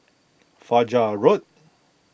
Fajar Road